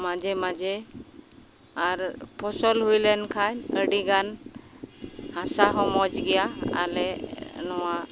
ᱢᱟᱡᱷᱮ ᱢᱟᱡᱷᱮ ᱟᱨ ᱯᱷᱚᱥᱚᱞ ᱦᱩᱭᱞᱮᱱ ᱠᱷᱟᱱ ᱟᱹᱰᱤ ᱜᱟᱱ ᱦᱟᱥᱟ ᱦᱚᱸ ᱢᱚᱡᱽ ᱜᱮᱭᱟ ᱟᱞᱮ ᱱᱚᱣᱟ